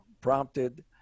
prompted